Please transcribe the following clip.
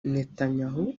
netanyahu